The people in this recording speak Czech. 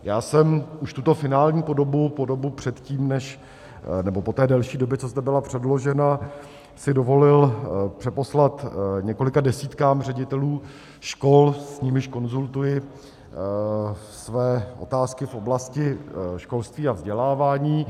Já jsem si už tuto finální podobu, podobu předtím než... nebo po té delší době, co zde byla předložena, si dovolil přeposlat několika desítkám ředitelů škol, s nimiž konzultuji své otázky v oblasti školství a vzdělávání.